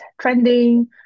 trending